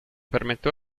permette